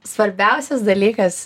svarbiausias dalykas